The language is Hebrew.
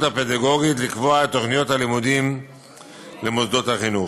הפדגוגית לקבוע את תוכניות הלימודים במוסדות החינוך.